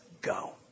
go